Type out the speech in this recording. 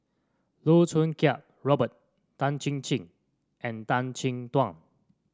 Loh Choo Kiat Robert Tan Chin Chin and Tan Chin Tuan